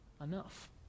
enough